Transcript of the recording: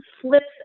flips